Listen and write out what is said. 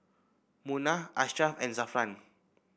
Munah Ashraf and Zafran